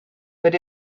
but